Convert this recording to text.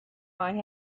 might